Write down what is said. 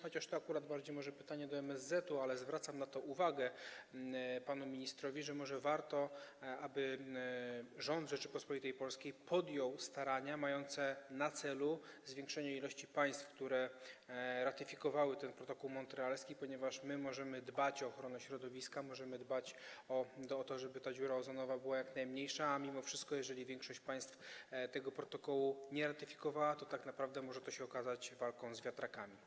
Chociaż to akurat bardziej może pytanie do MSZ-etu, ale zwracam na to uwagę panu ministrowi, że może warto, aby rząd Rzeczypospolitej Polskiej podjął starania mające na celu zwiększenie ilości państw, które ratyfikowały protokół montrealski, ponieważ my możemy dbać o ochronę środowiska, możemy dbać o to, żeby dziura ozonowa była jak najmniejsza, a mimo wszystko, jeżeli większość państw tego protokołu nie ratyfikowała, to tak naprawdę może to się okazać walką z wiatrakami.